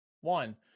One